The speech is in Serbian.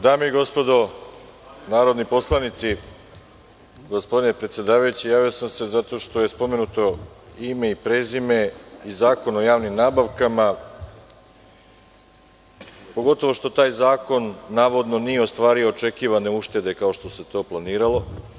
Dame i gospodo narodni poslanici, gospodine predsedavajući, javio sam se zato što je spomenuto ime i prezime i Zakon o javnim nabavkama, pogotovo što taj zakon navodno nije ostvario očekivane uštede, kao što se to planiralo.